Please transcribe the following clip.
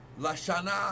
Lashana